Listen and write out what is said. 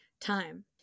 time